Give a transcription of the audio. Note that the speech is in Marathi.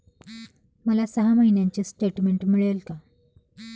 मला सहा महिन्यांचे स्टेटमेंट मिळेल का?